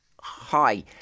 Hi